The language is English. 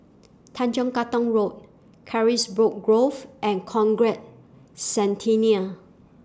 Tanjong Katong Road Carisbrooke Grove and Conrad Centennial